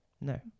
No